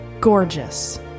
gorgeous